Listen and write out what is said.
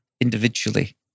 individually